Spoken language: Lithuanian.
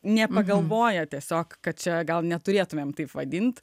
nepagalvoję tiesiog kad čia gal neturėtumėme taip vadinti